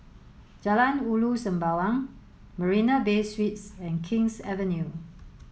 Jalan Ulu Sembawang Marina Bay Suites and King's Avenue